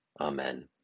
Amen